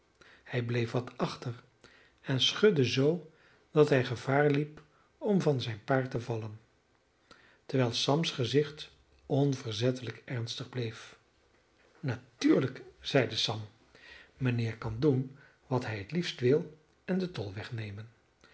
hij bleef wat achter en schudde zoo dat hij gevaar liep om van zijn paard te vallen terwijl sams gezicht onverzettelijk ernstig bleef natuurlijk zeide sam mijnheer kan doen wat hij het liefst wil en den tolweg nemen